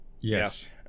Yes